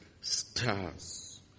stars